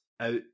out